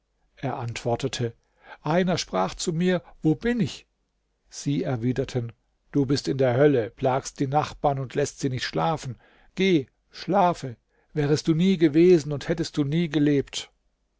er antwortete einer sprach zu mir wo bin ich sie erwiderten du bist in der hölle plagst die nachbarn und läßt sie nicht schlafen geh schlafe wärest du nie gewesen und hättest du nie gelebt